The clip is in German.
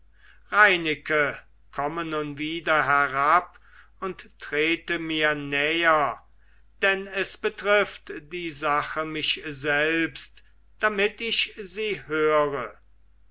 reineke komme nun wieder herab und trete mir näher denn es betrifft die sache mich selbst damit ich sie höre